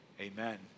amen